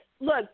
look